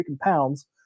pounds